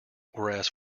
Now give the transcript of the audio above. whereas